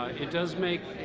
it does make,